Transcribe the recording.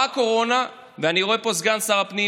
באה הקורונה, ואני רואה פה את סגן שר הפנים,